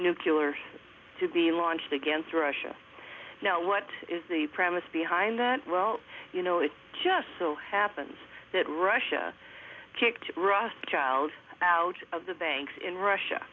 nucular to be launched against russia now what is the premise behind that well you know it just so happens that russia kicked russia child out of the banks in russia